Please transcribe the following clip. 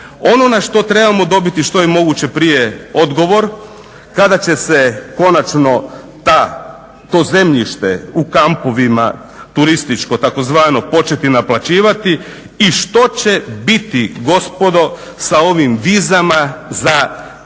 Ono na što trebamo dobiti što je moguće prije odgovor, kada će se konačno to zemljište u kampovima turističko tzv. početi naplaćivati i što će biti gospodo sa ovim vizama za turske